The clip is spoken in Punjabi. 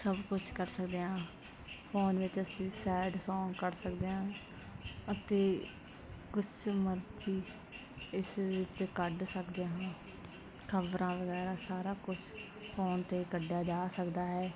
ਸਭ ਕੁਛ ਕਰ ਸਕਦੇ ਹਾਂ ਫੋਨ ਵਿੱਚ ਅਸੀਂ ਸੈਡ ਸੌਂਗ ਕੱਢ ਸਕਦੇ ਹਾਂ ਅਤੇ ਕੁਛ ਮਰਜ਼ੀ ਇਸ ਵਿੱਚ ਕੱਢ ਸਕਦੇ ਹਾਂ ਖਬਰਾਂ ਵਗੈਰਾ ਸਾਰਾ ਕੁਛ ਫੋਨ 'ਤੇ ਕੱਢਿਆ ਜਾ ਸਕਦਾ ਹੈ